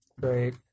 Great